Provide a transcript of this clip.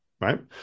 right